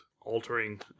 altering